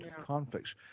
conflicts